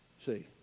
See